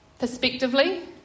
perspectively